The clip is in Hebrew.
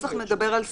הנוסח מדבר על סתירה.